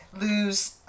lose